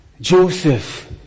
Joseph